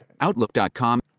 Outlook.com